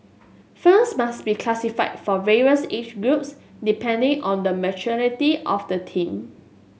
films must be classified for various age groups depending on the maturity of the theme